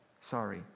sorry